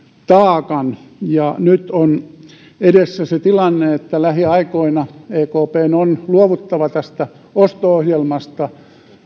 taakan ja nyt on edessä se tilanne että lähiaikoina ekpn on luovuttava tästä osto ohjelmasta